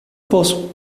posso